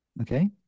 okay